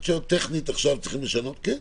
אם את שואלת אם צריך עכשיו טכנית לשנות כן.